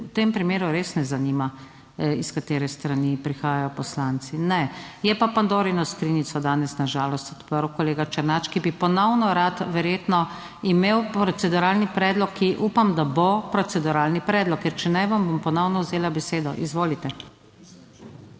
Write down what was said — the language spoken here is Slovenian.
v tem primeru res ne zanima iz katere strani prihajajo poslanci. Ne. Je pa Pandorino skrinjico danes na žalost odprl kolega Černač, ki bi ponovno rad verjetno imel proceduralni predlog, ki upam, da bo proceduralni predlog, ker če ne vam bom ponovno vzela besedo. Izvolite.